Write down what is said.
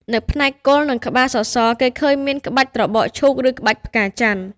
នៅផ្នែកគល់ និងក្បាលសសរ គេឃើញមាន ក្បាច់ត្របកឈូក ឬ ក្បាច់ផ្កាចន្ទន៍។